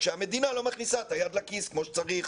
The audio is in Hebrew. כשהמדינה לא מכניסה את היד לכיס כמו שצריך.